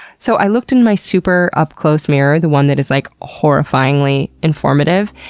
so, i looked in my super up-close mirror, the one that is like horrifyingly informative,